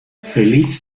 feliz